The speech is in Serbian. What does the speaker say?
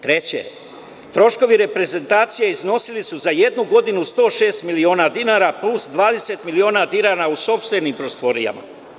Treće, troškovi reprezentacije iznosili su za jednu godinu 106 miliona dinara, plus 20 miliona dinara u sopstvenim prostorijama.